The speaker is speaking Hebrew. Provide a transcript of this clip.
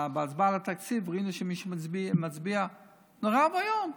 בהצבעה על התקציב ראינו שמישהו מצביע, נורא ואיום.